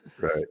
Right